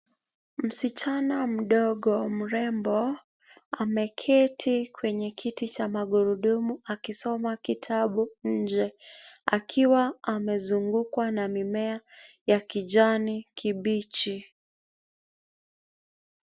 Msichana mdogo mrembo ameketi kwenye kiti cha magurudumu akisoma kitabu nje akiwa amezungukwa na mimea ya kijani kibichi.